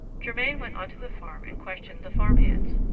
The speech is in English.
germain went on to the farm and questioned the farm-hands.